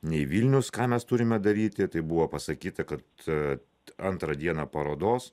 nei vilnius ką mes turime daryti tai buvo pasakyta kad t antrą dieną parodos